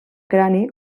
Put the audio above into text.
crani